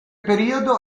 periodo